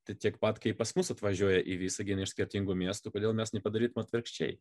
tiek pat kaip pas mus atvažiuoja į visaginą iš skirtingų miestų kodėl mes nepadarytume atvirkščiai